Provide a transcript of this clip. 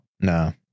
No